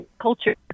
culture